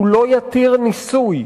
שהוא לא יתיר ניסוי